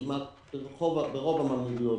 כמעט ברוב הממאירויות,